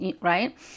right